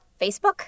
Facebook